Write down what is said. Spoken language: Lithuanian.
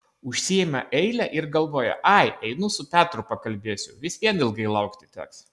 užsiima eilę ir galvoja ai einu su petru pakalbėsiu vis vien ilgai laukti teks